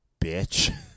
Bitch